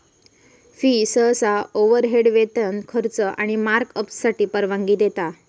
fee सहसा overhead, वेतन, खर्च आणि मार्कअपसाठी परवानगी देता